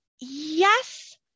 Yes